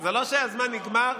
זה לא שהזמן נגמר.